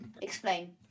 explain